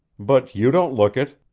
but you don't look it.